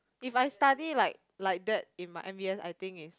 if I study like like that in my N_P_S I think is